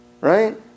right